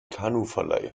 kanuverleih